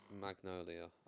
Magnolia